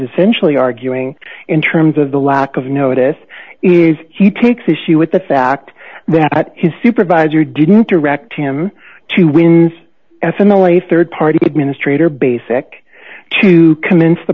essentially arguing in terms of the lack of notice is he takes issue with the fact that his supervisor didn't direct him to win a family rd party administrator basic to commence the